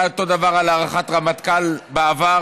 היה אותו הדבר על הארכת כהונת רמטכ"ל בעבר,